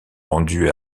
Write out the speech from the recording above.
rendus